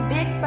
Big